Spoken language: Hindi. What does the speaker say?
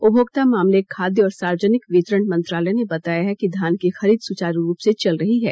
उपभोक्ता मामले खाद्य और सार्वजनिक वितरण मंत्रालय ने बताया है कि धान की खरीद सुचारु रूप से चल रही है